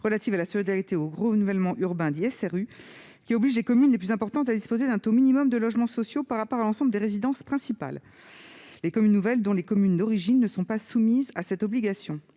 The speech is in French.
champ d'application de l'article 55 de la loi SRU, qui oblige les communes les plus importantes à disposer d'un taux minimum de logements sociaux par rapport à l'ensemble des résidences principales, les communes nouvelles dont les communes d'origine ne sont pas soumises à cette obligation.